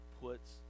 puts